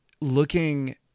looking